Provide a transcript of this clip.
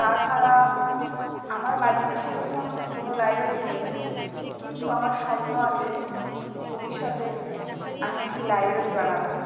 তাছাড়া আমার বাড়িতে সেরকম কোনো লাইব্রেরি নেই কিন্তু আমার স্বপ্ন আছে ভবিষ্যতে আমি একটি লাইব্রেরি বানাবো